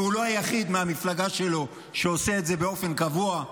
והוא לא היחיד מהמפלגה שלו שעושה את זה באופן קבוע,